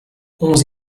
onze